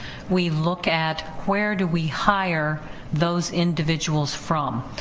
we look at where do we hire those individuals from.